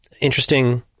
interesting